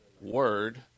word